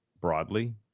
broadly